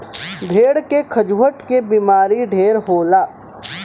भेड़ के खजुहट के बेमारी ढेर होला